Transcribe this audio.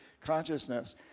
consciousness